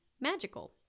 magical